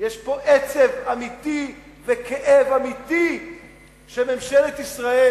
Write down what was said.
יש פה עצב אמיתי וכאב אמיתי שממשלת ישראל,